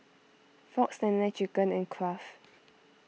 Fox Nene Chicken and Kraft